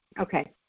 okay